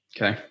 Okay